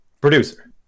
Producer